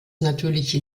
natürlich